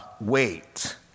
wait